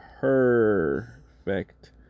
perfect